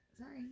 Sorry